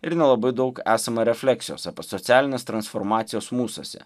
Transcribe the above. ir nelabai daug esama refleksijos apie socialines transformacijas mūsuose